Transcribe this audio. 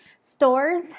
stores